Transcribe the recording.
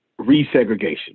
Resegregation